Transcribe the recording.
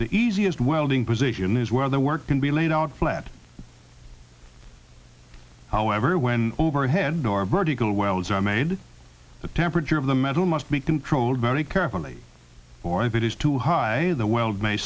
the easiest welding position is where the work can be laid out flat however when overhead they are vertical wells are made the temperature of the metal must be controlled very carefully or if it is too high the weld may